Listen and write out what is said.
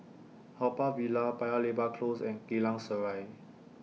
Haw Par Villa Paya Lebar Close and Geylang Serai